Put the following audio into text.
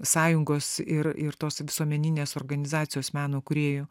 sąjungos ir ir tos visuomeninės organizacijos meno kūrėjų